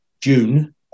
June